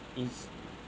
is